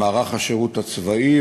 עלה חשש לפגיעה בתהליך החיובי,